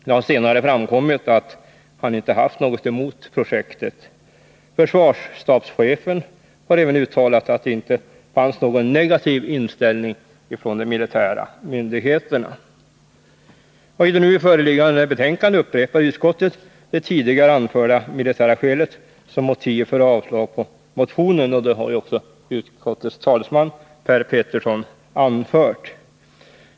Det har senare framkommit att han inte haft något emot projektet. Försvarsstabschefen har även uttalat att det inte fanns någon negativ inställning från de militära myndigheterna. I det nu föreliggande betänkandet upprepar utskottet det tidigare anförda militära skälet som motiv för avslag på motionen, och det har också utskottets talesman Per Petersson anfört.